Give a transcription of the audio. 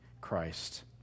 Christ